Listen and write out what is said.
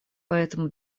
поэтому